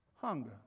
hunger